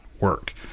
work